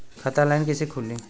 खाता ऑनलाइन कइसे खुली?